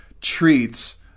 treats